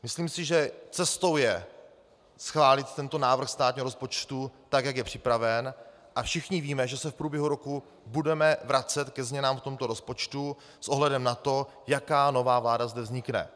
Myslím si, že cestou je schválit tento návrh státního rozpočtu tak, jak je připraven, a všichni víme, že se v průběhu roku budeme vracet ke změnám v tomto rozpočtu s ohledem na to, jaká nová vláda zde vznikne.